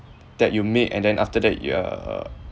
that you made and then after that you uh